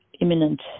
imminent